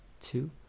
two